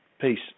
peace